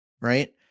right